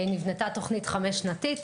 נבנתה תוכנית חמש שנתית.